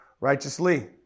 righteously